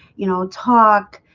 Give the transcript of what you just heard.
you know talk